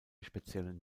speziellen